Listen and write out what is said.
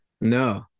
No